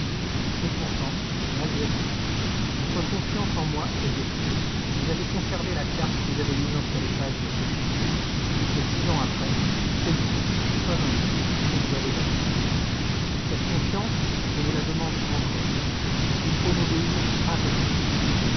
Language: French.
et pourtant malgré tout votre confiance en moi était telle que vous avez conservé la carte que j'avais mise entre les pages de ce livre et que six ans après c'est moi et pas un autre que vous avez appelé cette confiance je vous la demande encore il faut m'obéir aveuglément